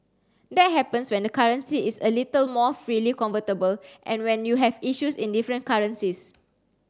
that happens when the currency is a little more freely convertible and when you have issues in different currencies